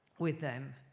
with them.